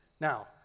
Now